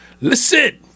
Listen